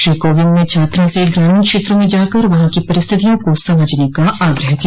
श्री कोविंद ने छात्रों से ग्रामीण क्षेत्रों में जाकर वहां की परिस्थितियों को समझने का आग्रह किया